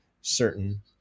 certain